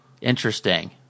Interesting